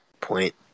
point